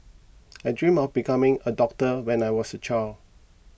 I dreamt of becoming a doctor when I was a child